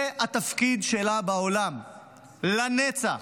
זה התפקיד שלה בעולם לנצח,